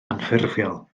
anffurfiol